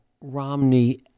Romney